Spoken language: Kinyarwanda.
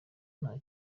nta